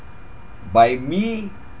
by me